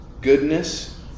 goodness